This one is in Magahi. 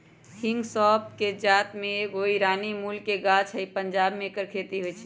हिंग सौफ़ कें जात के एगो ईरानी मूल के गाछ हइ पंजाब में ऐकर खेती होई छै